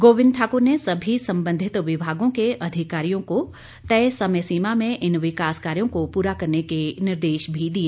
गोविंद ठाकर ने सभी संबंधित विभागों के अधिकारियों को तय समय सीमा में इन विकास कार्यों को पूरा करने के निर्देश भी दिए